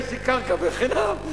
יש לי קרקע בחינם,